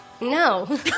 No